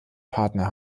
partner